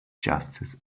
justice